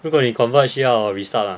如果你 convert 需要 restart ah